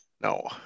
No